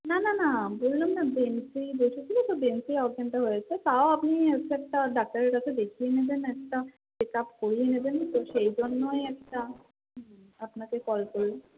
না না না বললাম না বেঞ্চেই বসেছিলো তো বেঞ্চে অজ্ঞানটা হয়েছে তাও আপনি ওকে একটা ডাক্তারের কাছে দেখিয়ে নেবেন একটা চেক আপ করিয়ে নেবেন তো সেই জন্যই একটা আপনাকে কল করি